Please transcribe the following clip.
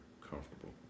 comfortable